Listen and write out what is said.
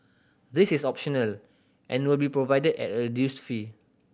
this is optional and will be provided at a reduced fee